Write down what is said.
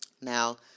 Now